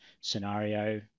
scenario